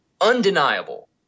undeniable